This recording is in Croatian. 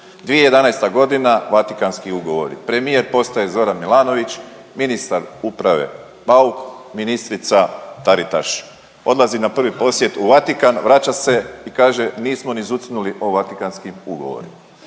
2011.g. Vatikanski ugovori, premijer postaje Zoran Milanović, ministar uprave Bauk, ministrica Taritaš odlazi na prvi posjet u Vatikan, vraća se i kaže nismo ni zucnuli o Vatikanskim ugovorima.